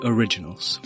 Originals